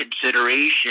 consideration